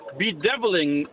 bedeviling